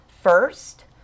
first